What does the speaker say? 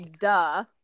duh